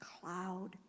cloud